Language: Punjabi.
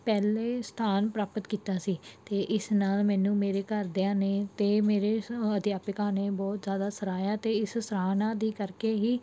ਪਹਿਲੇ ਸਥਾਨ ਪ੍ਰਾਪਤ ਕੀਤਾ ਸੀ ਅਤੇ ਇਸ ਨਾਲ ਮੈਨੂੰ ਮੇਰੇ ਘਰਦਿਆਂ ਨੇ ਅਤੇ ਮੇਰੇ ਅਧਿਆਪਿਕਾ ਨੇ ਬਹੁਤ ਜ਼ਿਆਦਾ ਸਰਾਹਿਆ ਅਤੇ ਇਸ ਸਰਾਹਨਾ ਦੇ ਕਰਕੇ ਹੀ